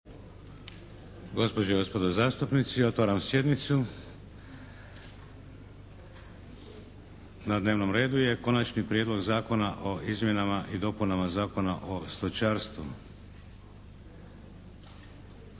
Gospođe i gospodo zastupnici. Otvaram sjednicu. Na dnevnom redu je - Prijedlog zakona o izmjenama i dopunama Zakona o stočarstvu,